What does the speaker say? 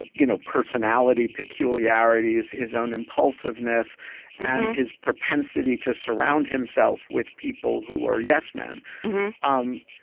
ah you know, personality peculiarities, his own impulsiveness and his propensity to surround himself with people who are. yes, men um